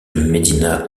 médina